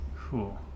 Cool